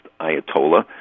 Ayatollah